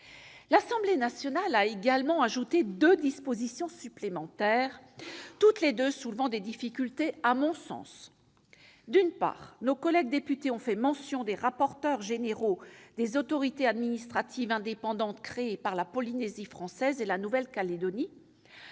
a approuvées. Elle a également ajouté deux dispositions supplémentaires, qui posent toutes les deux, à mon sens, des difficultés. D'une part, nos collègues députés ont fait mention des rapporteurs généraux des autorités administratives indépendantes créées par la Polynésie française et la Nouvelle-Calédonie,